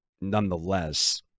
nonetheless